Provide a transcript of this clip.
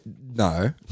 no